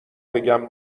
بگم